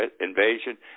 invasion